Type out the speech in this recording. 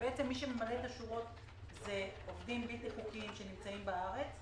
מי שממלא את השורות הם עובדים בלתי חוקיים שנמצאים בארץ,